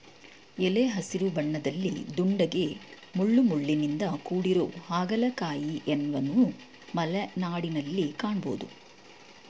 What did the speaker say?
ಎಲೆ ಹಸಿರು ಬಣ್ಣದಲ್ಲಿ ದುಂಡಗೆ ಮುಳ್ಳುಮುಳ್ಳಿನಿಂದ ಕೂಡಿರೊ ಹಾಗಲಕಾಯಿಯನ್ವನು ಮಲೆನಾಡಲ್ಲಿ ಕಾಣ್ಬೋದು